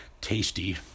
Tasty